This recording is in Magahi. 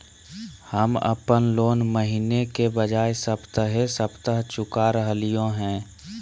हम अप्पन लोन महीने के बजाय सप्ताहे सप्ताह चुका रहलिओ हें